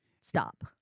stop